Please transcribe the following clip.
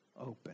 open